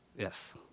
Yes